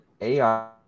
AI